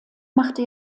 machte